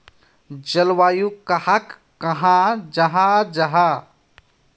जलवायु कहाक कहाँ जाहा जाहा?